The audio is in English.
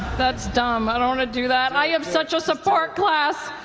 that's dumb, i don't want to do that, i am such a support class.